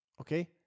okay